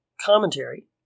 commentary